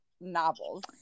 novels